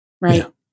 right